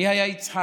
מי היה יצחק,